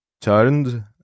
turned